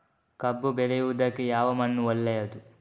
ಕಬ್ಬು ಬೆಳೆಯುವುದಕ್ಕೆ ಯಾವ ಮಣ್ಣು ಒಳ್ಳೆಯದು?